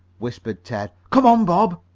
whispered ted. come on, bob.